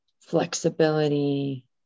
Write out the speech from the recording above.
flexibility